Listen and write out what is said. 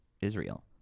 Israel